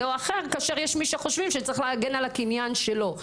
או אחר כאשר יש מי שחושבים שצריך להגן על הקניין שלו.